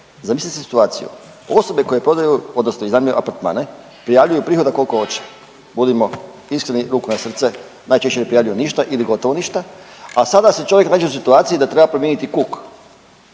Zamislite situaciju. Osobe koje prodaju, odnosno iznajmljuju apartmane prijavljuju prihoda koliko hoće, budimo iskreni, ruku na srce najčešće ne prijavljuju ništa ili gotovo ništa, a sada se čovjek nađe u situaciji da treba promijeniti kuk